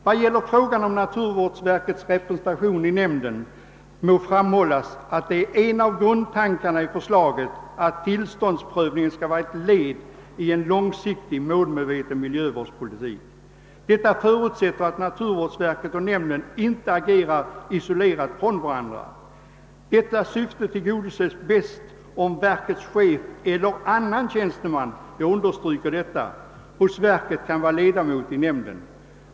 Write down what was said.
Vad gäller frågan om naturvårdsverkets representation i nämnden må framhållas att en av grundtankarna i förslaget är att tillståndsprövningen skall vara ett led i en långsiktig, målmedveten miljövårdspolitik. Detta förutsätter att naturvårdsverket och nämnden inte agerar isolerade från varandra. Det syftet tillgodoses bäst om verkets chef eller annan tjänsteman hos verket kan vara ledamot av nämnden.